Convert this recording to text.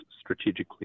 strategically